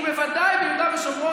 ובוודאי ביהודה ושומרון,